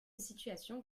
situation